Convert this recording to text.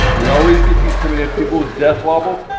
we always get these coming in, people with death wobble,